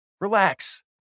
Relax